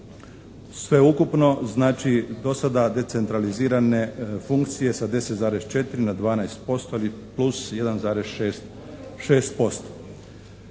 Sveukupno znači do sada decentralizirane funkcije sa 10,4 na 12% i plus 1,6%.